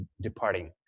departing